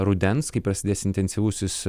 rudens kai prasidės intensyvusis